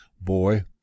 boy